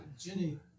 Ginny